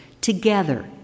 together